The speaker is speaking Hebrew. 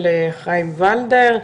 של חיים ולדר,